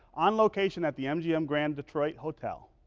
on location at the mgm grand detroit hotel.